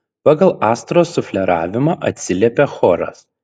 pagal astros sufleravimą atsiliepia choras